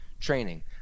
training